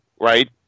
right